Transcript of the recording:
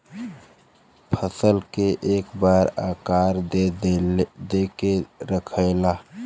फसल के एक आकार दे के रखेला